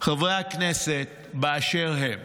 חברי הכנסת באשר הם,